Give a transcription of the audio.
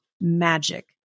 magic